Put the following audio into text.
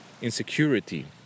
insecurity